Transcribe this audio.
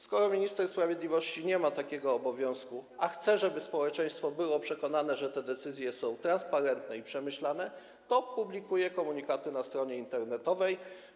Skoro minister sprawiedliwości nie ma takiego obowiązku, a chce, żeby społeczeństwo było przekonane, że te decyzje są transparentne i przemyślane, to publikuje komunikaty na stronie internetowej.